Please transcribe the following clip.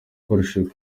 ikoresheje